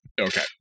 Okay